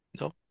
No